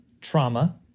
trauma